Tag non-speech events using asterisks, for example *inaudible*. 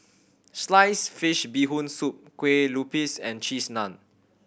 *noise* sliced fish Bee Hoon Soup kue lupis and Cheese Naan